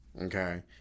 okay